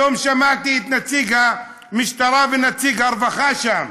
היום שמעתי את נציג המשטרה ונציג הרווחה, שם,